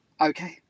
okay